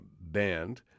band